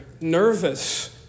Nervous